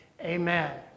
amen